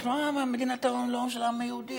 אנחנו מדינת הלאום של העם היהודי.